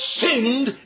sinned